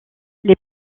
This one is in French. les